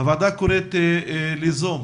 הוועדה קוראת לכל המשרדים המעורבים ליזום